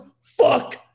fuck